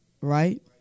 right